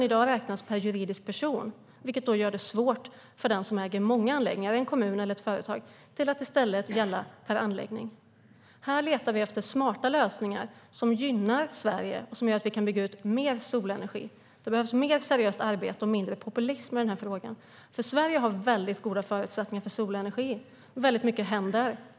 I dag beräknas den per juridisk person, vilket gör det svårt för den som äger många anläggningar - en kommun eller ett företag, i stället för att gälla per anläggning. Här letar vi efter smarta lösningar som gynnar Sverige och som gör att vi kan bygga ut mer solenergi. Det behövs mer seriöst arbete och mindre populism i denna fråga. Sverige har nämligen mycket goda förutsättningar för solenergi, och mycket händer.